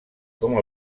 com